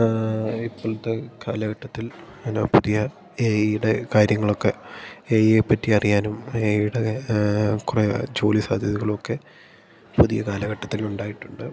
ആ ഇപ്പോഴത്തെ കാലഘട്ടത്തിൽ എന്നാ പുതിയ എ ഐയുടെ കാര്യങ്ങളൊക്കെ എ ഐയെ പറ്റി അറിയാനും എ ഐയുടെ കുറേ ജോലി സാധ്യതകളൊക്കെ പുതിയ കാലഘട്ടത്തിലുണ്ടായിട്ടുണ്ട്